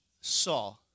saw